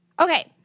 Okay